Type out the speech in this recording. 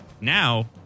Now